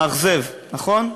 מאכזב, נכון?